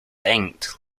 ink